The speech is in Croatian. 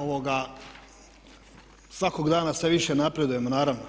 Ovoga svakog dana sve više napredujemo naravno,